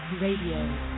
Radio